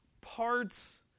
parts